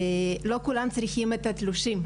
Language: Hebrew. לא כולם צריכים את התלושים,